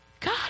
God